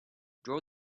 draw